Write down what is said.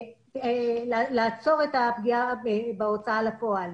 לעצור את הפגיעה בהוצאה לפועל.